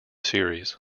series